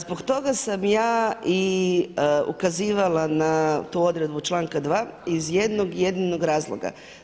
Zbog toga sam ja i ukazivala na tu odredbu članka 2 iz jednog jedinog razloga.